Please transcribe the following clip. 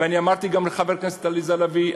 ואני אמרתי גם לחברת הכנסת עליזה לביא: